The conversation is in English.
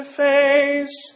face